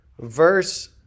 verse